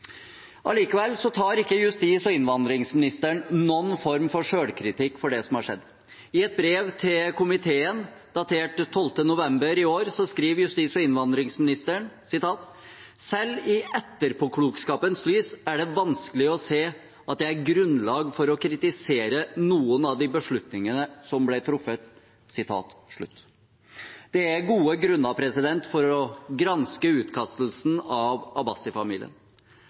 Allikevel tar ikke justis- og innvandringsministeren noen form for selvkritikk for det som har skjedd. I et brev til komiteen datert 14. november i år skriver justis- og innvandringsministeren: «Selv i etterpåklokskapens lys er det vanskelig å se at det er grunnlag for å kritisere noen av de beslutninger som ble truffet.» Det er gode grunner for å granske utkastelsen av